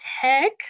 tech